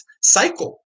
cycle